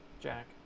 Jack